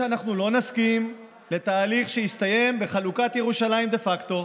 שאנחנו לא נסכים לתהליך שיסתיים בחלוקת ירושלים דה פקטו.